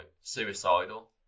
suicidal